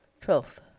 twelfth